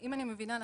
אם אני מבינה נכון,